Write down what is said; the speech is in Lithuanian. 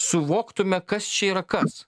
suvoktume kas čia yra kas